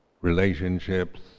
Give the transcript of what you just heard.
relationships